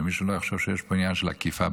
שמישהו לא יחשוב שיש פה עניין של עקיפה,